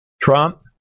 Trump